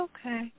Okay